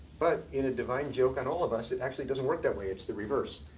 but in a divine joke on all of us, it actually doesn't work that way. it's the reverse.